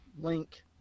Link